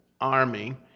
army